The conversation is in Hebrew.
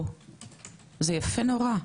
זה יפה נורא.